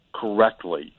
correctly